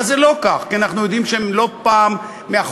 אבל זה לא כך, כי אנחנו יודעים שלא פעם מאחורי